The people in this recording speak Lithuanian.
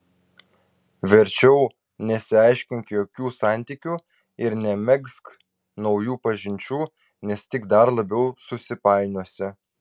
verčiau nesiaiškink jokių santykių ir nemegzk naujų pažinčių nes tik dar labiau susipainiosi